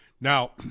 Now